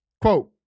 Quote